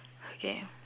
okay